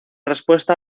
respuesta